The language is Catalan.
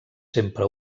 sempre